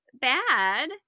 bad